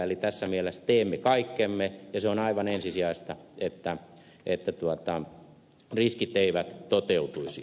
eli tässä mielessä teemme kaikkemme ja se on aivan ensisijaista että riskit eivät toteutuisi